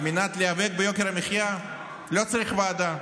על מנת להיאבק ביוקר המחיה לא צריך ועדה.